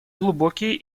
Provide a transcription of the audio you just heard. глубокие